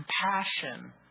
compassion